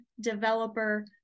developer